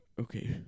Okay